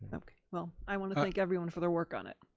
and okay, well, i want to thank everyone for their work on it.